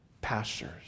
pastures